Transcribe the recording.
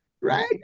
right